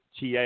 TA